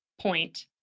point